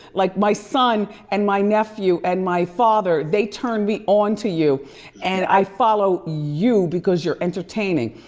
like my son and my nephew and my father, they turned me on to you and i follow you because you're entertaining.